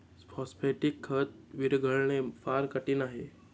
phosphatic खत विरघळणे फार कठीण आहे